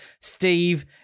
Steve